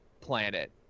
planet